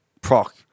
Proc